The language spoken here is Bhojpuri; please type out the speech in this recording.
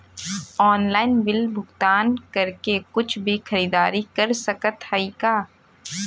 ऑनलाइन बिल भुगतान करके कुछ भी खरीदारी कर सकत हई का?